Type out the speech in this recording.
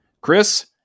Chris